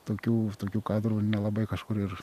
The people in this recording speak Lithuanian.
tokių tokių kadrų nelabai kažkur ir